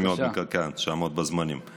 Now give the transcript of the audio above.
אני מאוד מקווה שאעמוד בזמנים.